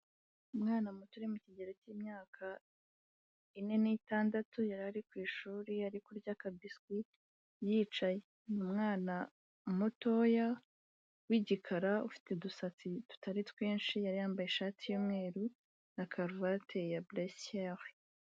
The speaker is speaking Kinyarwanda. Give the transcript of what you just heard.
Umwana muto uri mu kigero cy'imyaka ine n'itandatu, yari ari ku ishuri ari kurya akabiswi yicaye, umwana mutoya w'igikara, ufite udusatsi dutari twinshi yari yambaye ishati y'umweru na karuvati ya buresiyeri.